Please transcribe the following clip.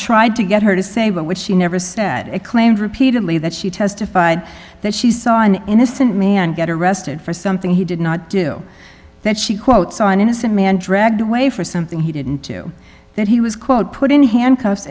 tried to get her to say which she never said it claimed repeatedly that she testified that she saw an innocent man get arrested for something he did not do that she quote saw an innocent man dragged away for something he didn't do that he was quote put in handcuffs